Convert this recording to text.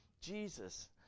Jesus